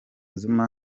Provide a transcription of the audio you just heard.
zuma